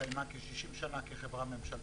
שהתקיימה כשישים שנה כחברה ממשלתית,